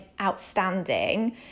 outstanding